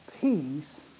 peace